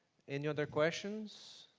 any other questions?